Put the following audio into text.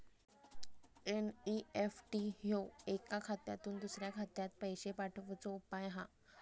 NEFT ह्यो एका खात्यातुन दुसऱ्या खात्यात पैशे पाठवुचो उपाय हा